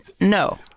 No